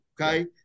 okay